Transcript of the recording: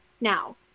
now